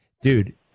Dude